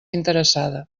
interessada